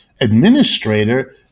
administrator